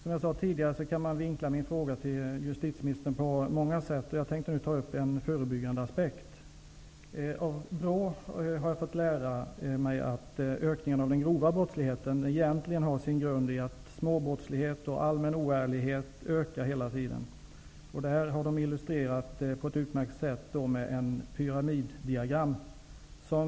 Herr talman! Man kan vinkla min fråga till justitieministern på många olika sätt. Jag tänker nu ta upp en förebyggande aspekt. Av BRÅ har jag fått lära mig att ökningen av den grova brottsligheten egentligen har sin grund i småbrottslighet och allmän oärlighet som hela tiden ökar. Detta är på ett utmärkt sätt illustrerat med ett pyramiddiagram.